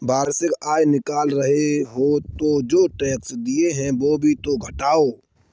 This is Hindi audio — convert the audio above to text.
वार्षिक आय निकाल रहे हो तो जो टैक्स दिए हैं वो भी तो घटाओ